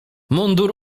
mundur